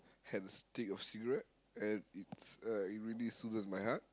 had a stick of cigarette and it's uh really soothes my heart